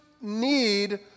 need